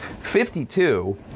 52